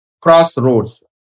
crossroads